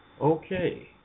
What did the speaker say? Okay